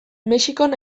mexikon